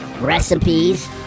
recipes